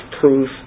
proof